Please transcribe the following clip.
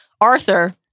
Arthur